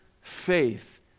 faith